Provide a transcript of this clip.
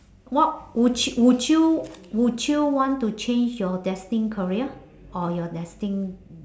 what would y~ would you would you want to change your destined career or your destined